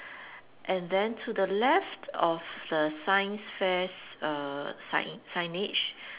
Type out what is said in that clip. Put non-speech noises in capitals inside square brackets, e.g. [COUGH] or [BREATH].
[BREATH] and then to the left of the science fair err sign signage